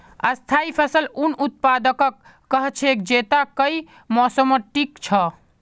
स्थाई फसल उन उत्पादकक कह छेक जैता कई मौसमत टिक छ